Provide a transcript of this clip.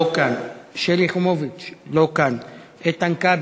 לא כאן, שלי יחימוביץ, לא כאן, איתן כבל,